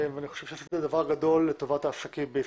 אני חושב שעשיתם דבר גדול לטובת העסקים בישראל.